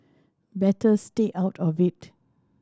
better stay out of it